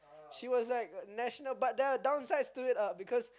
she was like national but there are downsides to it ah because